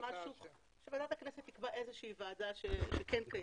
ועדת הכנסת תקבע איזושהי ועדה שכן קיימת.